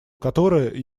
которое